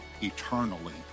eternally